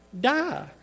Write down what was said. die